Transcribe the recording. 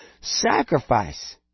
sacrifice